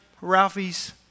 Ralphie's